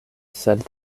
sed